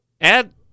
add